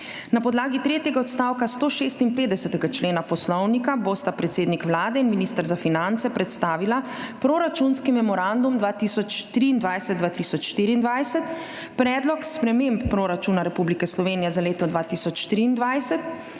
Na podlagi tretjega odstavka 156. člena Poslovnika bosta predsednik Vlade in minister za finance predstavila proračunski memorandum 2023, 2024, predlog sprememb proračuna Republike Slovenije za leto 2023